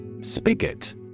Spigot